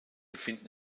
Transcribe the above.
finden